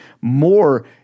more